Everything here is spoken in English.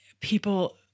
people